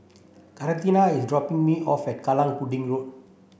Katharina is dropping me off at Kallang Pudding Road